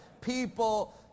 people